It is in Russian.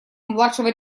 младшего